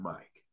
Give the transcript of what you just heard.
Mike